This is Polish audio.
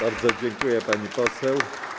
Bardzo dziękuję, pani poseł.